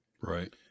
Right